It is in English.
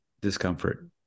discomfort